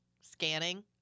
Scanning